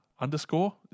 underscore